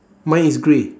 mine is grey